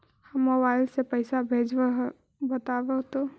हम मोबाईल से पईसा भेजबई बताहु तो?